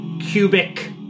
cubic